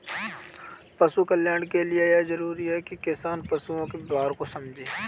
पशु कल्याण के लिए यह जरूरी है कि किसान पशुओं के व्यवहार को समझे